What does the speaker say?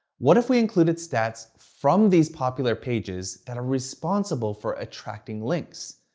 what if we included stats from these popular pages that are responsible for attracting links.